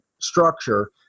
structure